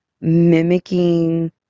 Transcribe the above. mimicking